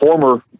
former